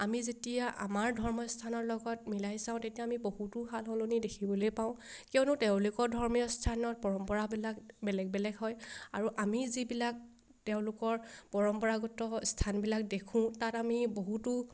আমি যেতিয়া আমাৰ ধৰ্মস্থানৰ লগত মিলাই চাওঁ তেতিয়া আমি বহুতো সালসলনি দেখিবলৈ পাওঁ কিয়নো তেওঁলোকৰ ধৰ্মীয় স্থানত পৰম্পৰাবিলাক বেলেগ বেলেগ হয় আৰু আমি যিবিলাক তেওঁলোকৰ পৰম্পৰাগত স্থানবিলাক দেখোঁ তাত আমি বহুতো